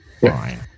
fine